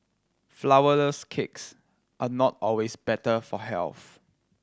flourless cakes are not always better for health